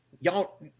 y'all